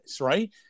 right